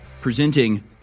presenting